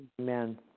Amen